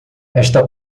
esta